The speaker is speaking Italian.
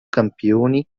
campioni